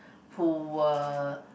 who were